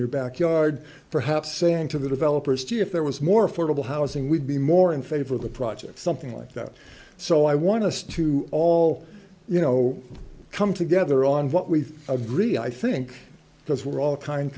your backyard perhaps saying to the developers gee if there was more affordable housing we'd be more in favor of the project something like that so i want to stay to all you know come together on what we agree i think because we're all kind